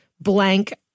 blank